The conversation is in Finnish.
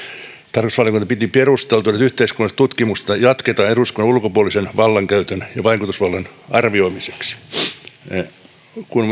tarkastusvaliokunta piti perusteltuna että yhteiskunnallista tutkimusta jatketaan eduskunnan ulkopuolisen vallankäytön ja vaikutusvallan arvioimiseksi kun